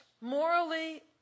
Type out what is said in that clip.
morally